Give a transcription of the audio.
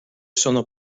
sono